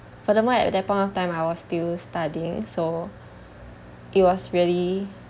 furthermore at that point of time I was still studying so it was really